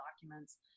documents